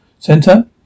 Center